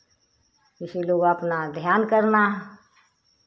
इसीलिए लोग अपना ध्यान करना